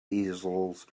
easels